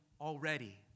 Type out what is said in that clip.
already